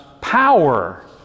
power